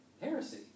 heresy